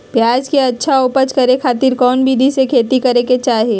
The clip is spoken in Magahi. प्याज के अच्छा उपज करे खातिर कौन विधि से खेती करे के चाही?